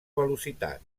velocitat